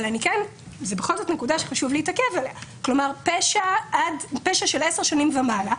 זוהי בכל זאת נקודה שחשוב להתעכב עליה: לגבי פשע של עשר שנים ומעלה,